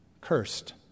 cursed